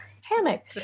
hammock